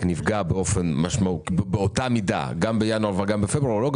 נפגע באותה מידה גם בינואר וגם בפברואר הוא לא גבוה.